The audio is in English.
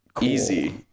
easy